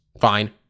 fine